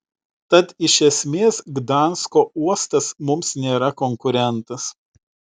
tad iš esmės gdansko uostas mums nėra konkurentas